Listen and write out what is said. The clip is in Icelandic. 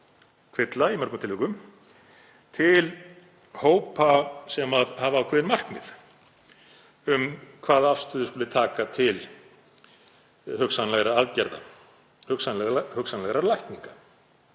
kvilla í mörgum tilvikum, til hópa sem hafa ákveðin markmið um hvaða afstöðu skuli taka til hugsanlegra aðgerða, hugsanlegra lækninga.